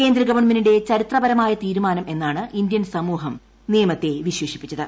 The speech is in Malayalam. കേന്ദ്ര ഗവൺമെന്റിന്റെ ചരിത്രപരമായ തീരുമാനം എന്നാണ് ഇന്ത്യൻ സമൂഹം നിയമത്തെ വിശേഷിപ്പിച്ചത്